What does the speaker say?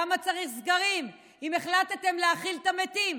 למה צריך סגרים אם החלטתם להכיל את המתים?